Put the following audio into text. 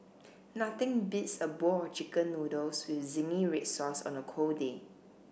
nothing beats a bowl of chicken noodles with zingy red sauce on a cold day